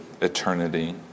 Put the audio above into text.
eternity